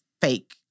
fake